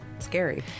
scary